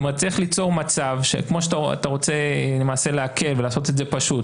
אתה רוצה להקל ולעשות פשוט,